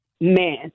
man